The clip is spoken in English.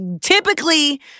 typically